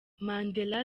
mandela